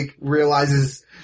realizes